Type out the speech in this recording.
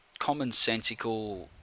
commonsensical